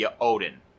Odin